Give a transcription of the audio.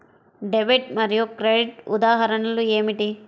Debit మరియు credit ఉదాహరణలు ఏమిటీ?